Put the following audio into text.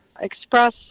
express